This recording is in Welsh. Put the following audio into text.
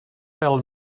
fel